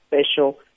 special